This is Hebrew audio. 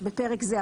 פרק י"ג72.בפרק זה,